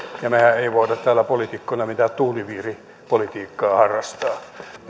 ja mehän emme voi täällä poliitikkoina mitään tuuliviiripolitiikkaa harrastaa